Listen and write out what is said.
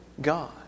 God